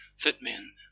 footmen